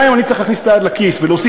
גם אם אני צריך להכניס את היד לכיס ולהוסיף